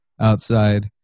outside